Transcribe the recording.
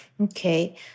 Okay